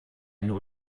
nur